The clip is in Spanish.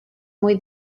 muy